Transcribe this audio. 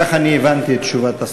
כך הבנתי את תשובת השר.